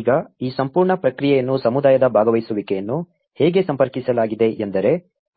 ಈಗ ಈ ಸಂಪೂರ್ಣ ಪ್ರಕ್ರಿಯೆಯನ್ನು ಸಮುದಾಯದ ಭಾಗವಹಿಸುವಿಕೆಯನ್ನು ಹೇಗೆ ಸಂಪರ್ಕಿಸಲಾಗಿದೆ ಎಂದರೆ